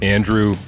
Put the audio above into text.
Andrew